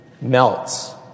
melts